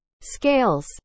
scales